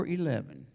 eleven